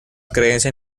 creencia